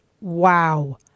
wow